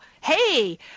hey